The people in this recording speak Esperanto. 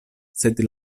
sed